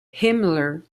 himmler